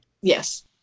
Yes